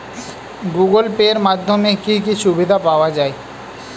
Google Pay এর মাধ্যমে কি কি সুবিধা পাওয়া যায়?